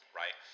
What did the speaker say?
right